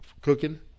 cooking